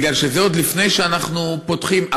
בגלל שזה עוד לפני שאנחנו פותחים,